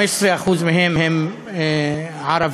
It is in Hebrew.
15% מהם הם ערבים.